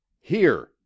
Here